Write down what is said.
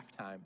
halftime